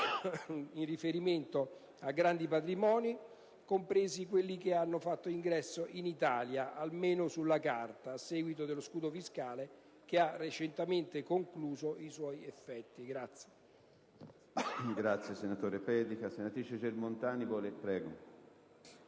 in riferimento a grandi patrimoni, compresi quelli che hanno fatto ingresso in Italia, almeno sulla carta, a seguito dello scudo fiscale che ha recentemente concluso i suoi effetti.